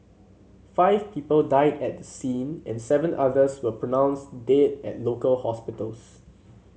five people died at the scene and seven others were pronounced dead at local hospitals